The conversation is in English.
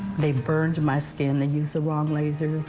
they burned my skin. they used the wrong laser.